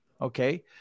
Okay